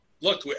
Look